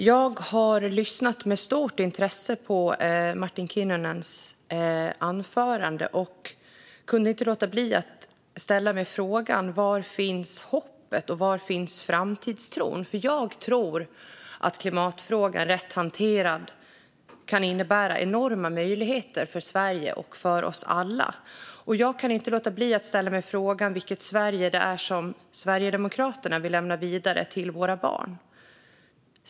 Fru talman! Jag har med stort intresse lyssnat på Martin Kinnunens anförande och kunde inte låta bli att ställa mig frågan: Var finns hoppet och framtidstron? Jag tror nämligen att klimatfrågan, rätt hanterad, kan innebära enorma möjligheter för Sverige och oss alla. Jag kan inte låta bli att ställa mig frågan vilket Sverige Sverigedemokraterna vill lämna vidare till våra barn.